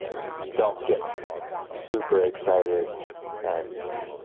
ah you you don't get super excited and